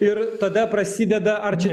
ir tada prasideda arčiau